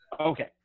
Okay